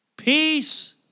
Peace